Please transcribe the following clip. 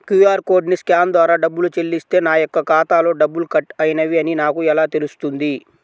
QR కోడ్ని scan ద్వారా డబ్బులు చెల్లిస్తే నా యొక్క ఖాతాలో డబ్బులు కట్ అయినవి అని నాకు ఎలా తెలుస్తుంది?